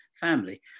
family